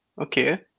okay